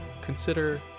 consider